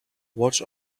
watch